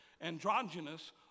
androgynous